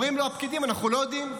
אומרים לו הפקידים: אנחנו לא יודעים,